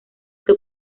que